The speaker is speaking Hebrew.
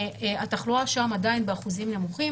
התחלואה שם עדיין באחוזים נמוכים.